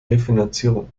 refinanzierung